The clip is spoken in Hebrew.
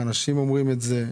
האנשים אומרים את זה,